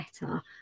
better